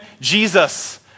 Jesus